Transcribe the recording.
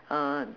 uh